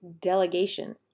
delegation